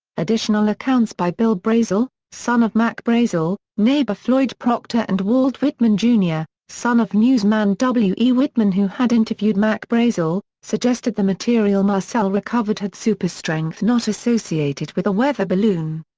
additional accounts by bill brazel, son of mac brazel, neighbor floyd proctor and walt whitman jr, son of newsman w. e. whitman who had interviewed mac brazel, suggested the material marcel recovered had super-strength not associated with a weather balloon.